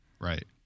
Right